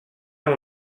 amb